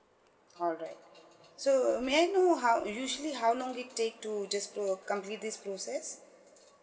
correct so may I know how usually how long it take to just to complete this process